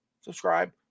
subscribe